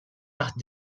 taħt